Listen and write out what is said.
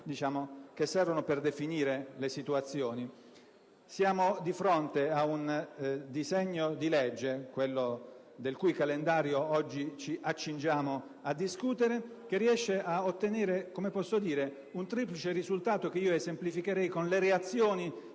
che servono per definire le situazioni. Siamo di fronte ad un disegno di legge, quello della cui calendarizzazione oggi ci accingiamo a discutere, che riesce ad ottenere un triplice risultato, che esemplificherei con le reazioni